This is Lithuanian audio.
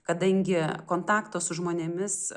kadangi kontakto su žmonėmis